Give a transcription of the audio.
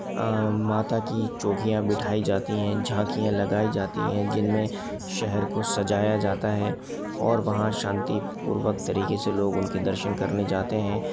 माता की चौकियाँ बिठाई जाती हैं झाकियाँ लगाई जाती हैं जिनमें शहर को सजाया जाता है और वहाँ शांतिपूर्वक तरीके से लोग उन के दर्शन करने जाते हैं